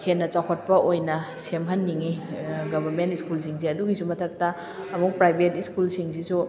ꯍꯦꯟꯅ ꯆꯥꯠꯈꯠꯄ ꯑꯣꯏꯅ ꯁꯦꯝꯍꯟꯅꯤꯡꯏ ꯒꯕꯔꯃꯦꯟ ꯁ꯭ꯀꯨꯜꯁꯤꯡꯁꯦ ꯑꯗꯨꯒꯤꯁꯨ ꯃꯊꯛꯇ ꯑꯃꯨꯛ ꯄ꯭ꯔꯥꯏꯕꯦꯠ ꯁ꯭ꯀꯨꯜꯁꯤꯡꯁꯤꯁꯨ